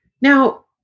Now